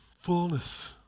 fullness